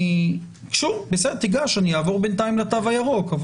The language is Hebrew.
אני אעבור בינתיים לתו הירוק.